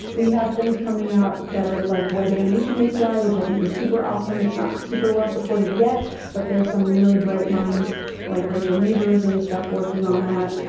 we have things coming out that are like web animation api, which i think is super awesome. it's not super well supported yet but there's some really bright minds like rachel neighbors and stuff working on that.